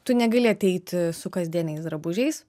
tu negali ateiti su kasdieniais drabužiais